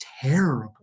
terrible